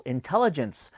Intelligence